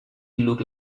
look